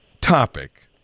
topic